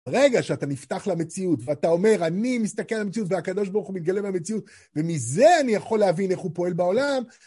ברגע שאתה נפתח למציאות, ואתה אומר אני מסתכל על המציאות והקדוש ברוך הוא מתגלה במציאות ומזה אני יכול להבין איך הוא פועל בעולם